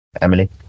Emily